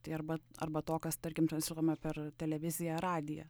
tai arba arba to kas tarkim transliuojama per televiziją radiją